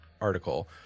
article